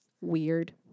Weird